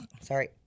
Sorry